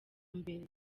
mbere